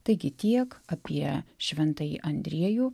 taigi tiek apie šventąjį andriejų